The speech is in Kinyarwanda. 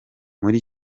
muri